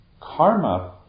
karma